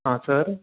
हाँ सर